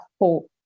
hope